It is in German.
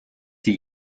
sie